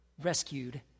rescued